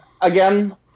Again